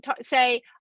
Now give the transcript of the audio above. say